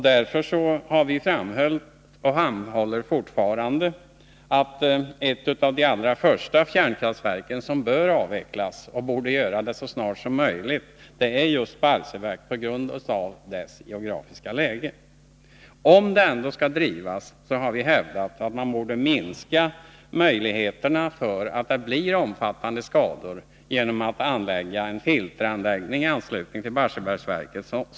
Därför har vi framhållit och framhåller fortfarande att ett av de allra första kärnkraftverken som bör avvecklas, och som borde avvecklas så snart som möjligt, är just Barsebäck på grund av sitt geografiska läge. Om det ändå skall drivas har vi hävdat att man borde minska möjligheterna för att det blir omfattande skador genom att anlägga en filteranläggning i anslutning till Barsebäcksverket.